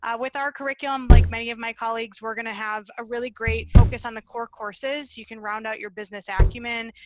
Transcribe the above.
ah with our curriculum, like many of my colleagues, we're gonna have a really great focus on the core courses. you can round out your business acumen.